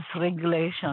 regulation